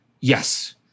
Yes